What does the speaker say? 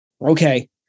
Okay